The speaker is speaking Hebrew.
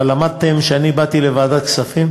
אבל למדתם, כשאני באתי לוועדת כספים